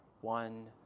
one